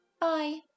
Bye